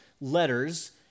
letters